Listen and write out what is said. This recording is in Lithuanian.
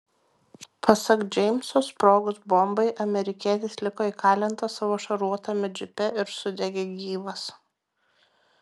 pasak džeimso sprogus bombai amerikietis liko įkalintas savo šarvuotame džipe ir sudegė gyvas